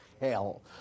hell